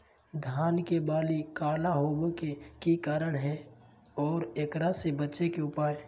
धान के बाली काला होवे के की कारण है और एकरा से बचे के उपाय?